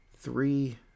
Three